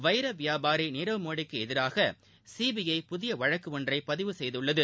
வைர வியாபாரி நீரவ் மோடிக்கு எதிராக சிபிஐ புதிய வழக்கு ஒன்றை பதிவு செய்துள்ளது